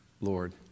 Lord